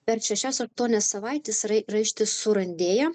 per šešias aštuonias savaites rai raištis surandėja